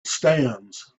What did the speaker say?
stands